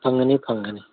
ꯐꯪꯒꯅꯤ ꯐꯪꯒꯅꯤ